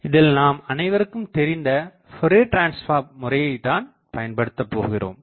இதில் நாம் அனைவருக்கும் தெரிந்த ஃபோரியர் டிரன்ஸ்பார்ம் முறையைதான் பயன்படுத்தப் போகிறோம்